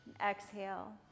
exhale